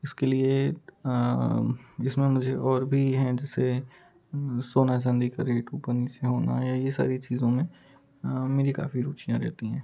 इसके लिए जिसमें मुझे और भी हैं जैसे सोना चाँदी का रेट उपर नीचे होना या ये सारी चीज़ों में मेरी काफ़ी रुचियाँ रहती हैं